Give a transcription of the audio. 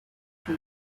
for